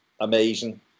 amazing